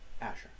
Asher